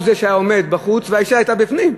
זה שהיה עומד בחוץ והאישה הייתה בפנים.